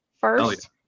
first